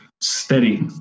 steady